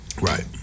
Right